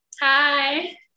hi